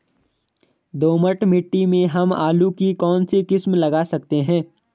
दोमट मिट्टी में हम आलू की कौन सी किस्म लगा सकते हैं?